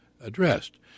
addressed